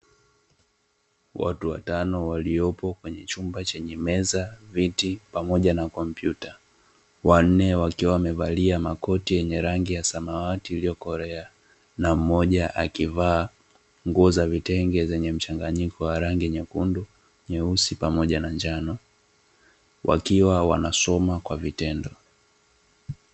Watu watano waliopo kwenye chumba chenye meza, viti pamoja na kompyuta wanne wakiwa wamevalia makoti yenye rangi ya samawati iliyokolea na mmoja akivaa nguo za vitenge zenye mchanganyiko wa rangi nyekundu, nyeusi pamoja na njano wakiwa wanasoma kwa vitendo.